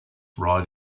ride